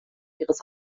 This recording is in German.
ihres